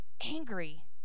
angry